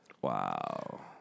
Wow